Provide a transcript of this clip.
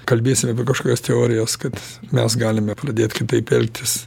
kalbėsime apie kažkokias teorijas kad mes galime pradėt kitaip elgtis